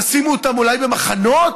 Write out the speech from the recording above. תשימו אותם אולי במחנות?